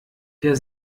der